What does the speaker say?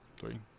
Three